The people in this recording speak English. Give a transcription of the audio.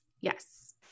Yes